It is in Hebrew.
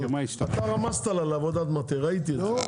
אתה רמזת לה על עבודת מטה, ראיתי את זה.